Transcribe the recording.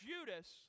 Judas